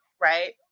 right